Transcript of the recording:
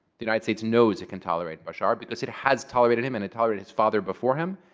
the united states knows it can tolerate bashar, because it has tolerated him. and it tolerated his father before him.